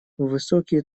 высокие